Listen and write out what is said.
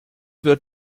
wird